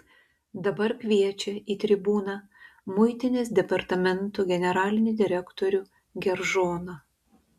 dabar kviečia į tribūną muitinės departamento generalinį direktorių geržoną